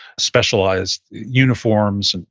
specialized uniforms, and